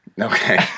Okay